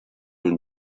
une